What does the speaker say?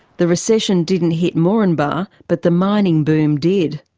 the recession didn't hit moranbah, but the mining boom did.